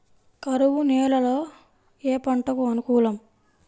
కరువు నేలలో ఏ పంటకు అనుకూలం?